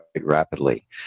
rapidly